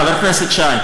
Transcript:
חבר הכנסת שי,